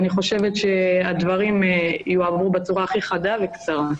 הדברים יעברו בצורה הכי חדה וקצרה.